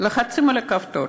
על הכפתור,